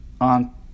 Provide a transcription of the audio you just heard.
On